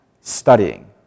studying